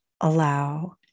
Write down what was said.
allow